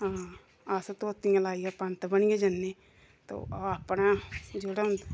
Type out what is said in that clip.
हां अस धोतियां लाइयै पंत बनियै जन्ने ते ओह् अपने जेह्ड़ा उं'दा